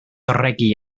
regi